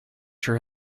sure